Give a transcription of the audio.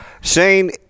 Shane